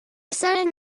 sudden